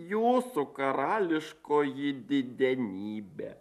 jūsų karališkoji didenybe